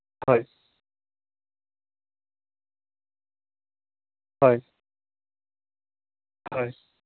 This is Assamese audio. হয় হয় হয়